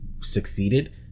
succeeded